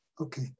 Okay